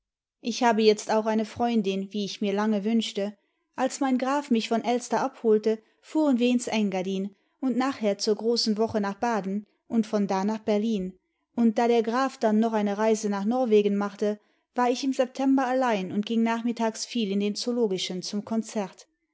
ich habe jetzt auch eine freundin wie ich mir lange wünschte als mein graf mich von elster abholte fuhren wir ins engadin und nachher zur großen woche nach baden und von da nach berlin und da der graf dann noch eine reise nach norwegen machte war ich im september allein und ging nachmittags viel in den zoologischen zum konzert